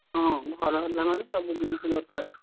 ହଁ ଘର ହେଲା ମାନେ ସବୁ ଜିନିଷ ଦରକାର